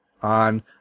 on